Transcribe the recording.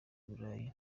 burayi